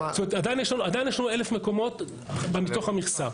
עדיין יש לנו 1,000 מקומות מתוך המכסה.